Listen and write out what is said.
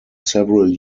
several